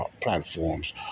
platforms